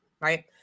right